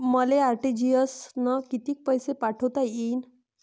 मले आर.टी.जी.एस न कितीक पैसे पाठवता येईन?